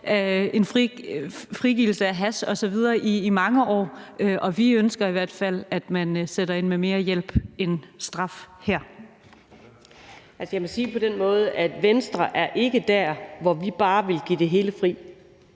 en frigivelse af hash osv. i mange år, og vi ønsker i hvert fald, at man sætter ind med mere hjælp end straf her. Kl. 17:01 Anni Matthiesen (V): Jeg må sige det på den måde, at Venstre ikke er der, hvor vi bare vil give det hele fri.